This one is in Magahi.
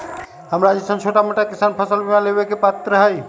हमरा जैईसन छोटा मोटा किसान फसल बीमा लेबे के पात्र हई?